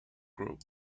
group